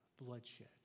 bloodshed